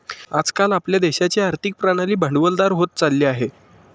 आज काल आपल्या देशाची आर्थिक प्रणाली भांडवलदार होत चालली आहे